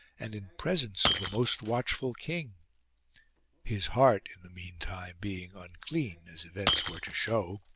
and in presence of the most watchful king his heart in the meantime being unclean, as events were to show.